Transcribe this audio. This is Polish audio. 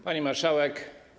Pani Marszałek!